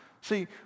see